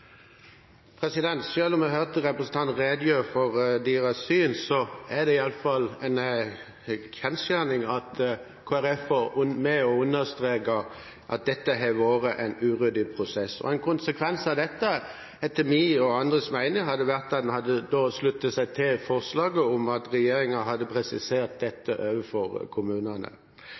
for deres syn, er det i alle fall en kjensgjerning at Kristelig Folkeparti er med på å understreke at dette har vært en uryddig prosess. En konsekvens av dette etter min og andres mening hadde vært at en hadde sluttet seg til forslaget om at regjeringen hadde presisert dette for kommunene.